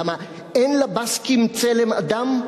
למה, אין לבסקים צלם אדם?